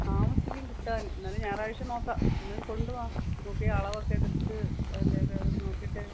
താമസിക്കും കിട്ടാൻ എന്നാലും ഞായറാഴ്ച നോക്കാം ഇന്ന് കൊണ്ട് വരു നോക്കി അളവൊക്കെ എടുത്ത് അതിലെ അത് നോക്കിയിട്ട്